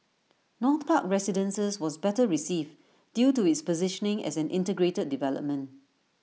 north park residences was better received due to its positioning as an integrated development